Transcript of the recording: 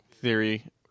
theory